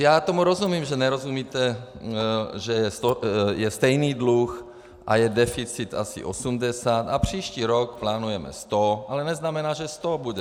Já tomu rozumím, že nerozumíte, že je stejný dluh a je deficit asi 80 a příští rok plánujeme 100, ale neznamená to, že 100 bude.